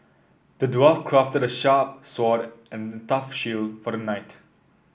the dwarf crafted a sharp sword and a tough shield for the knight